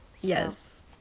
yes